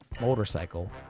motorcycle